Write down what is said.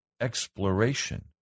exploration